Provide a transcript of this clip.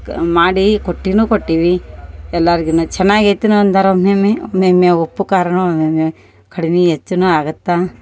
ಅ ಮಾಡಿ ಕೊಟ್ಟೀನು ಕೊಟ್ಟೀವಿ ಎಲ್ಲಾರಿಗೆನು ಚೆನಾಗ್ ಐತೆನು ಅಂದಾರ ಒಮ್ಮೊಮ್ಮೆ ಒಮ್ಮೊಮ್ಯಾ ಉಪ್ಪು ಖಾರನೂ ಒಮ್ಮೊಮ್ಯಾ ಕಡಿಮಿ ಹೆಚ್ಚುನು ಆಗತ್ತ